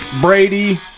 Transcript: Brady